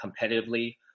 competitively